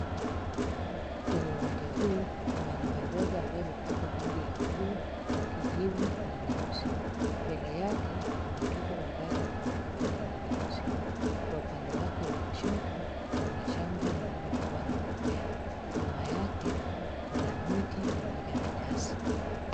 Kwenye uwanja huu kuna nyumba ndogo ambayo imepakwa rangi ya blue , kijivu na nyeusi. Mbele yake, kuna kitu ambacho kimepakwa rangi nyeusi. Kwa upande wake wa kushoto, kuna shamba lililokuwa na mimea. Nyuma yake, kuna miti pamoja na nyasi.